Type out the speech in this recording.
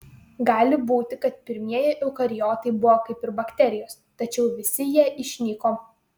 gali būti kad pirmieji eukariotai buvo kaip ir bakterijos tačiau visi jie išnyko